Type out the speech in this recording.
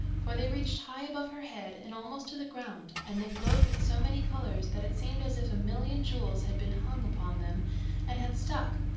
for they reached high above her head and almost to the ground, and they glowed with so many colours that it seemed as if a million jewels had been hung upon them and had stuck,